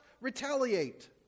retaliate